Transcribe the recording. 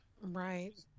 Right